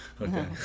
Okay